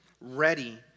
ready